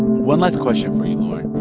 one last question for you, lauren